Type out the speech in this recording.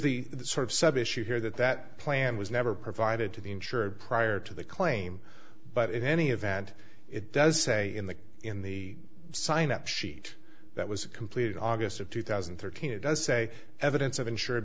is the sort of sub issue here that that plan was never provided to the insured prior to the claim but in any event it does say in the in the sign up sheet that was a complete august of two thousand and thirteen it does say evidence of insura